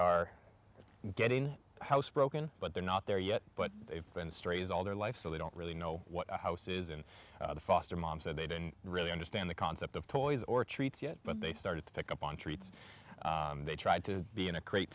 are getting house broken but they're not there yet but they've been strays all their life so they don't really know what house is in the foster mom said they didn't really understand the concept of toys or treats yet but they started to pick up on treats they tried to be in a crate